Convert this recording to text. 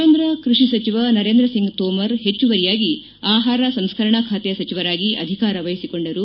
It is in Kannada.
ಕೇಂದ್ರ ಕೃಷಿ ಸಚಿವ ನರೇಂದ್ರ ಸಿಂಗ್ ತೋಮರ್ ಹೆಚ್ಚುವರಿಯಾಗಿ ಆಹಾರ ಸಂಸ್ಕರಣಾ ಖಾತೆ ಸಚಿವರಾಗಿ ಅಧಿಕಾರ ವಹಿಸಿಕೊಂಡರು